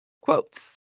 quotes